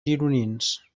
gironins